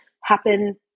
happen